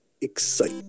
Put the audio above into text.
Excite